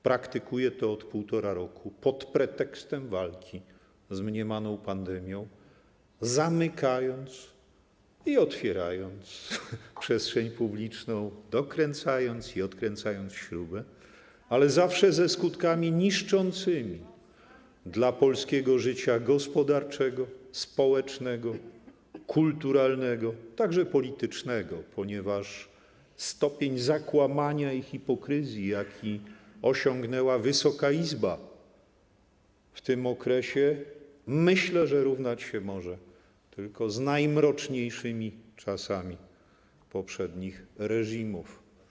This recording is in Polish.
Praktykuje to od 1,5 roku pod pretekstem walki z mniemaną pandemią, zamykając i otwierając przestrzeń publiczną, dokręcając i odkręcając śrubę, ale zawsze ze skutkami niszczącymi dla polskiego życia gospodarczego, społecznego, kulturalnego, także politycznego, ponieważ stopień zakłamania i hipokryzji, jaki osiągnęła Wysoka Izba w tym okresie, myślę, że równać się może tylko z najmroczniejszymi czasami poprzednich reżimów.